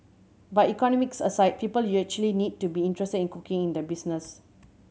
but economics aside people actually need to be interested in cooking in the business